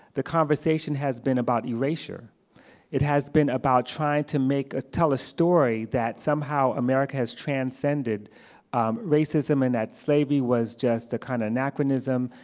the conversation has been about erasure. it has been about trying to make a story that somehow america has transcended racism and that slavery was just a kind of anachronism.